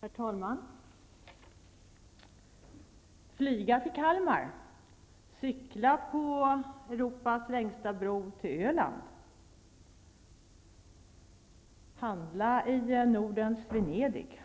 Herr talman! Flyga till Kalmar. Cykla på Europas längsta bro till Öland. Handla i Nordens Venedig,